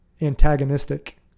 antagonistic